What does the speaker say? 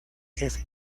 jefe